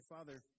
Father